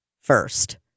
first